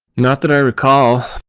not that i recall.